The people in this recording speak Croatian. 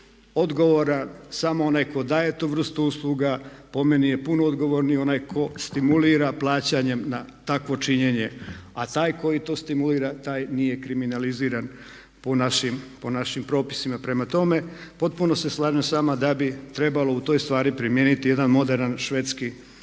odgovora samo onaj tko daje tu vrstu usluga, po meni je puno odgovorniji onaj ko stimulira plaćanjem na takvo činjenje, a taj koji to stimulira taj nije kriminaliziran po našim propisima. Prema tome, potpuno se slažem s vama da bi trebalo u toj stvari primijeniti jedan moderan švedski